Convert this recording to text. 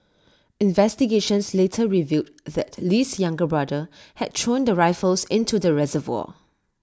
investigations later revealed that Lee's younger brother had thrown the rifles into the reservoir